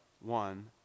one